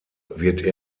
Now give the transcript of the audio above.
wird